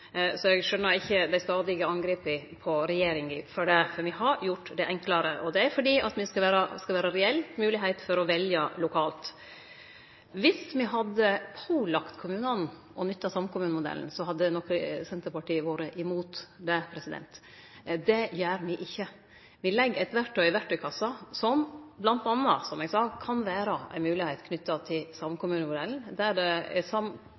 Så eg skjønar ikkje dei stadige angrepa på regjeringa for det, for me har gjort det enklare. Det er fordi det skal vere reell moglegheit til å velje lokalt. Dersom me hadde pålagt kommunane å nytte samkommunemodellen, hadde nok Senterpartiet vore imot det. Det gjer me ikkje. Me legg eit verktøy i verktøykassa, som bl.a. – som eg sa – kan vere ei moglegheit knytt til samkommunemodellen, der det er